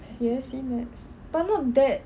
C_S_E math but not that